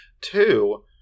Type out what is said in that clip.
two